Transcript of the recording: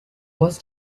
was